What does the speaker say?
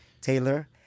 Taylor